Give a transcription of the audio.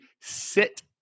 sit